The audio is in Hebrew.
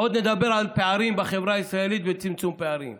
ועוד נדבר על פערים בחברה הישראלית וצמצום פערים.